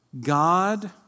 God